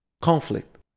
conflict